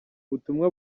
ubutumwa